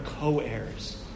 co-heirs